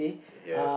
yes